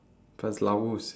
but it's Laos